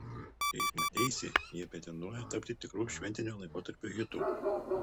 šiais mateisi jie pretenduoja tapti tikru šventinio laikotarpio hitu